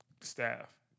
staff